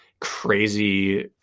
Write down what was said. crazy